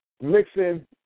mixing